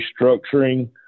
restructuring